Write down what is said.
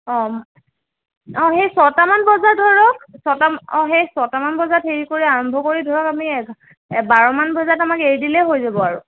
অঁ অঁ সেই ছয়টা মান বজাত ধৰক ছয়টা অঁ সেই ছয়টা মান বজাত হেৰি কৰি আৰম্ভ কৰি ধৰক আমি এঘা বাৰ মান বজাত আমাক এৰি দিলে হৈ যাব আৰু